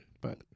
but-